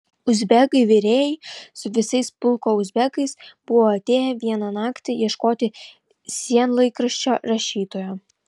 uzbekai virėjai su visais pulko uzbekais buvo atėję vieną naktį ieškoti sienlaikraščio rašytojo